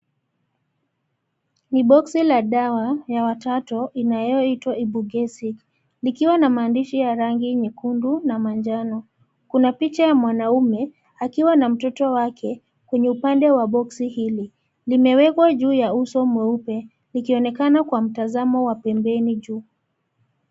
Ni boxi la dawa, ya watoto, inayoitwa Ibugesic. Likiwa na maandishi ya rangi nyekundu, na manjano. Kuna picha ya mwanaume, akiwa na mtoto wake, kwenye upande wa boxi hili. Limewekwa juu ya uso mweupe, likionekana kwa mtazamo wa pembeni juu.